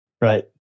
Right